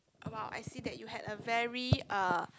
oh !wow! I see that you had a very uh